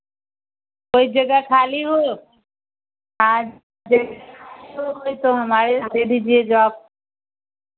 कोई जगह खाली हो हाँ जगह खाली हो कोई तो हमारे हमें दे दीजिए जॉब